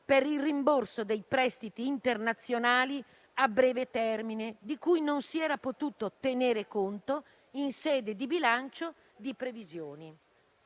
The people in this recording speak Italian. per il rimborso dei prestiti internazionali a breve termine, di cui non si era potuto tenere conto in sede di bilancio di previsione.